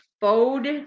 fold